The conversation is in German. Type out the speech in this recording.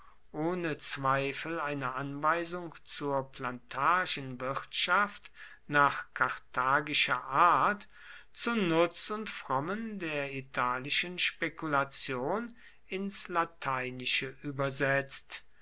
ohne zweifel eine anweisung zur plantagenwirtschaft nach karthagischer art zu nutz und frommen der italischen spekulation ins lateinische übersetzt